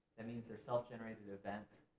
that means they're self-generated events,